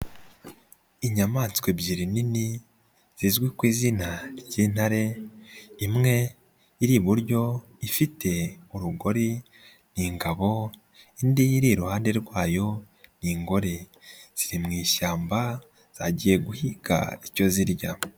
Inyamaswa ebyiri nini, zizwi ku izina ry'intare, imwe iri iburyo, ifite urugori ni ingabo, indi iri iruhande rwayo ni ingore. Ziri mu ishyamba, zagiye guhiga icyo zirya.